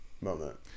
moment